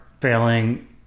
failing